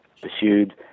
pursued